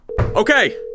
Okay